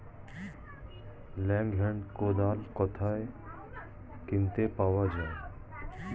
Long hand কোদাল কোথায় কিনতে পাওয়া যায়?